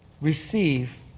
receive